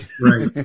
Right